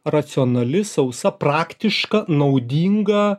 racionali sausa praktiška naudinga